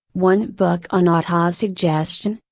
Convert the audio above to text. one book on autosuggestion,